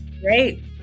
great